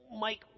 Mike